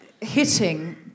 hitting